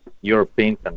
European